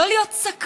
לא להיות סקרן: